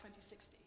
2060